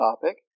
topic